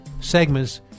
segments